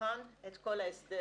שתבחן את כל ההסדר